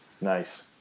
Nice